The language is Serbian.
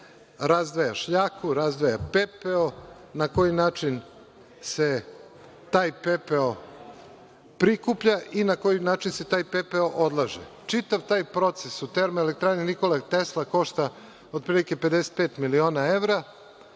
razdvaja šljaku, razdvaja pepeo, na koji način se taj pepeo prikuplja i na koji način se taj pepeo odlaže. Čitav taj proces u Termoelektrani „Nikola Tesla“ košta otprilike 55 miliona evra.